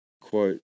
quote